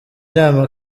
nama